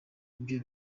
ibyo